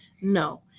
No